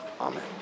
Amen